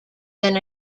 than